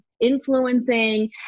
influencing